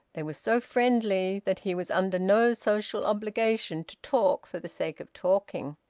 they were so friendly that he was under no social obligation to talk for the sake of talking.